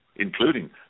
including